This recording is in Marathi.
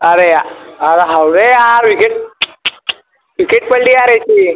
अरे यार अरे हवे यार विकेट विकेट पडली यार याची